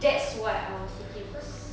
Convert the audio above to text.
that's what I was thinking cause